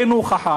אין הוכחה.